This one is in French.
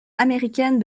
américaine